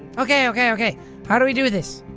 ok ok ok how do we do this?